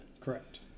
Correct